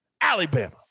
Alabama